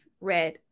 red